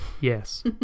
Yes